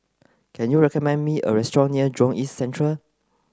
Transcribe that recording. can you recommend me a restaurant near Jurong East Central